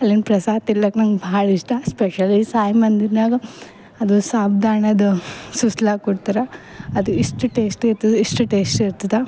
ಅಲ್ಲಿನ ಪ್ರಸಾದ ತಿಲ್ಲಕ ನಂಗೆ ಭಾಳ್ ಇಷ್ಟ ಸ್ಪೆಷಲೀ ಸಾಯಿ ಮಂದಿರ್ನ್ಯಾಗ ಅದು ಸಾಬ್ದಾಣದ ಸುಸ್ಲಾ ಕೊಡ್ತಾರೆ ಅದು ಇಷ್ಟು ಟೇಸ್ಟಿ ಇತ್ತು ಎಷ್ಟು ಟೇಸ್ಟಿ ಇರ್ತದೆ